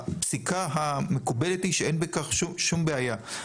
הפסיקה המקובלת היא שאין בכך שום בעיה.